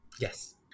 yes